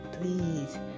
please